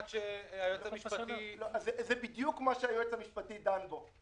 עד שהיועץ המשפטי --- זה בדיוק מה שהיועץ המשפטי דן בו.